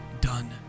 done